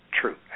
true